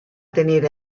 tenir